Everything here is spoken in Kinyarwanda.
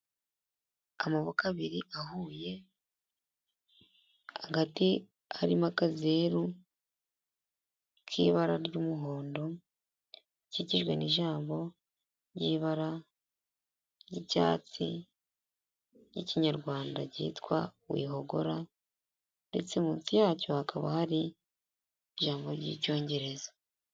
Amaboko abiri ahuye, hagati harimo akazeru k'ibara ry'umuhondo, gakikijwe n'ijambo ry'ibara ry'icyatsi ry'ikinyarwanda ryitwa wihogora, ndetse munsi yacyo hakaba hari ijambo ry'icyongereza.